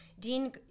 Dean